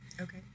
Okay